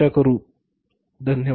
खूप खूप धन्यवाद